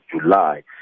July